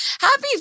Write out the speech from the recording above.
Happy